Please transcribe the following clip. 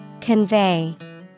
Convey